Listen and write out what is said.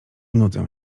nudzę